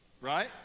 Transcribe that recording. right